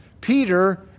Peter